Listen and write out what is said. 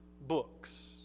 books